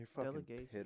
delegation